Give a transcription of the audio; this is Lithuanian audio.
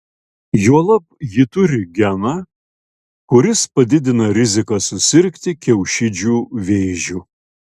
juolab ji turi geną kuris padidina riziką susirgti kiaušidžių vėžiu